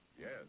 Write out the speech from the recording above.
Yes